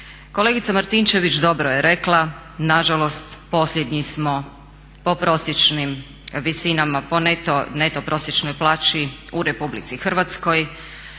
Kolegica Martinčević dobro je rekla, nažalost posljednji smo po prosječnim visinama, po neto prosječnoj plaći u Republici Hrvatskoj.